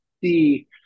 See